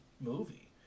movie